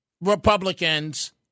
Republicans